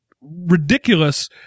ridiculous